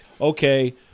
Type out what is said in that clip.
okay